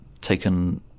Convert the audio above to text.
taken